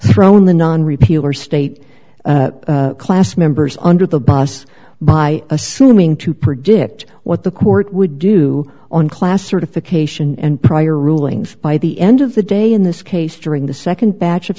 thrown the non repeal or state class members under the bus by assuming to predict what the court would do on class certification and prior rulings by the end of the day in this case during the nd batch of